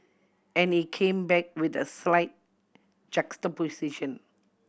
and he came back with a slight juxtaposition